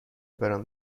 برام